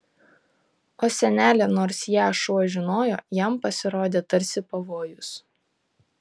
o senelė nors ją šuo žinojo jam pasirodė tarsi pavojus